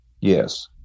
Yes